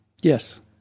Yes